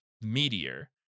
meteor